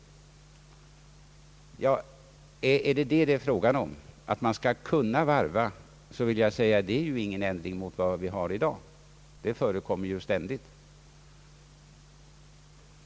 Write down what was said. Är det bara fråga om att man skall kunna varva utbildning och arbete vill jag säga att det inte är någon ändring i förhållande till vad som gäller i dag — detta förekommer ju ständigt.